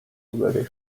already